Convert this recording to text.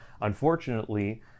Unfortunately